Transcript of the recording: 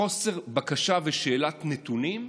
חוסר בקשה ושאלת נתונים,